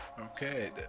okay